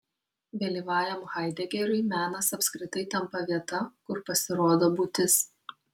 vėlyvajam haidegeriui menas apskritai tampa vieta kur pasirodo būtis